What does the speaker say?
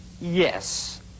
Yes